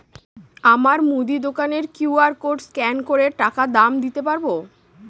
আমার মুদি দোকানের কিউ.আর কোড স্ক্যান করে টাকা দাম দিতে পারব?